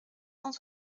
cent